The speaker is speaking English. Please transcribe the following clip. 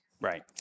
Right